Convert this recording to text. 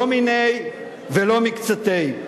לא מיניה ולא מקצתיה.